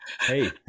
hey